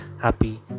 happy